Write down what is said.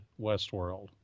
Westworld